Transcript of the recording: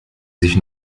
sich